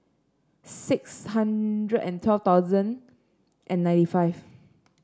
six hundred and twelve thousand and ninety five